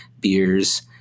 beers